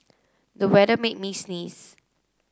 the weather made me sneeze